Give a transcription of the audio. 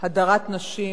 הדרת נשים,